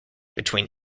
between